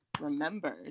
remembered